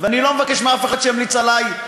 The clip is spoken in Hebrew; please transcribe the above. ואני לא מבקש מאף אחד שימליץ עלי.